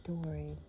story